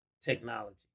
technology